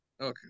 Okay